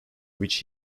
which